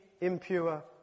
impure